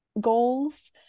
goals